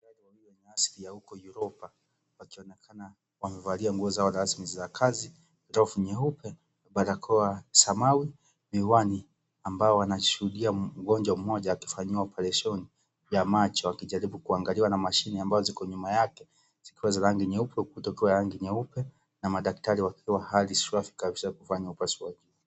Nesi ya huko Yuropa wakionekana wamevalia nguo zao rasmi za kazi. Glovu nyeupe, barakoa ya samawi, miwani. Ambao wanashuhudia mgonjwa mmoja akifanyiwa oparesheni ya macho akijaribu kuangaliwa na mashine ambazo ziko nyuma yake zikiwa za rangi nyeupe na kutokuwa na rangi nyeupe na madaktari wakiwa katika hali swafi kabisa kufanya upasuaji.